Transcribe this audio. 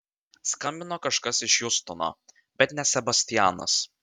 skambino kažkas iš hjustono bet ne sebastianas